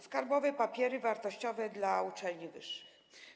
Skarbowe papiery wartościowe dla uczelni wyższych.